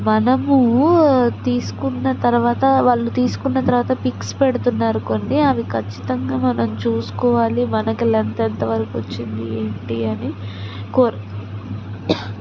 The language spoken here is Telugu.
మనము తీసుకున్న తరువాత వాళ్ళు తీసుకున్న తరువాత పిక్స్ పెడుతున్నారు కొన్ని అవి ఖచ్చితంగా మనం చూసుకోవాలి మనకి లెంగ్త్ ఎంత వరకు వచ్చింది ఏంటి అని కూర